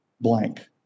blank